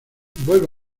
vuelve